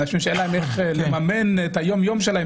אנשים שאין להם איך לממן את היום-יום שלהם,